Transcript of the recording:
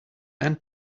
and